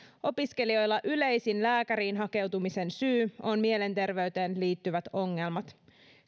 opiskelijoilla yleisin lääkäriin hakeutumisen syy on mielenterveyteen liittyvät ongelmat